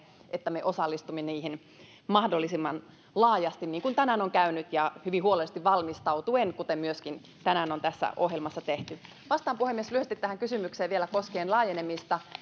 että me osallistumme niihin mahdollisimman laajasti niin kuin tänään on käynyt ja hyvin huolellisesti valmistautuen kuten myöskin tänään on tässä ohjelmassa tehty vastaan puhemies vielä lyhyesti kysymykseen koskien laajenemista